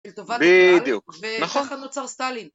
אל טובת הכלל, וככה נוצר סטלין.